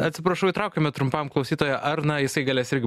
atsiprašau įtraukiame trumpam klausytoją arną jisai galės irgi